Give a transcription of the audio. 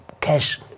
cash